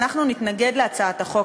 אנחנו נתנגד להצעת החוק,